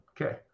okay